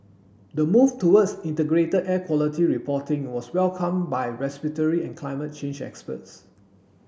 the move towards integrated air quality reporting was welcomed by respiratory and climate change experts